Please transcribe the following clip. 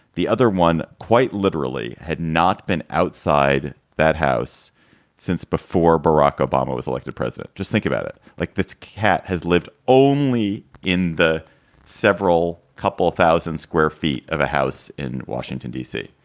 the other one, quite literally, had not been outside that house since before barack obama was elected president. just think about it like this cat has lived only in the several couple of thousand square feet of a house in washington, d c.